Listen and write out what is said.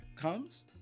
comes